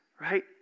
Right